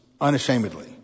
unashamedly